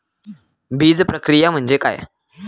बीजप्रक्रिया म्हणजे काय?